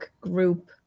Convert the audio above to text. group